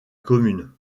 commune